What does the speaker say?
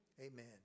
Amen